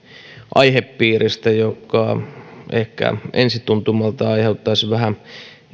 aihepiiristä joka ehkä ensi tuntumalta aiheuttaisi vähän